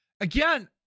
Again